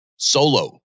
solo